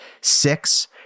Six